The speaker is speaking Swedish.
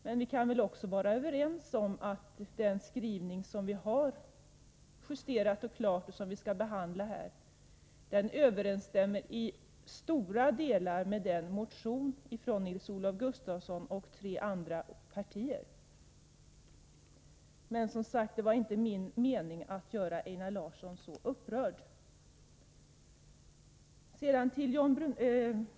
Men vi kan väl också vara överens om att den färdiga och justerade skrivning som vi skall behandla här, i stora delar överensstämmer med motionen av Nils-Olof Gustafsson och ledamöter från tre andra partier.